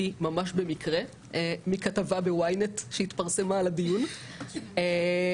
ממש במקרה מכתבה ב-YNET שהתפרסמה על הדיון -- תודה,